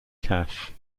cash